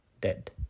dead